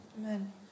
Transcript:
Amen